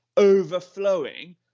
Overflowing